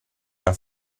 una